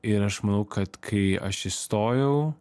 ir aš manau kad kai aš įstojau